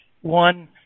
one